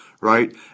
Right